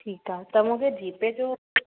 ठीकु आहे त मूंखे जी पे जो